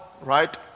right